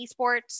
esports